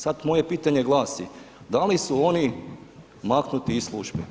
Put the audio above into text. Sad moje pitanje glasi da li su oni maknuti iz službe?